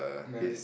married